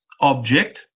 object